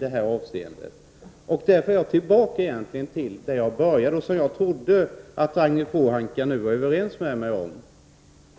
Därför kommer jag tillbaka till det som jag började med och som jag trodde att Ragnhild Pohanka var överens med mig om,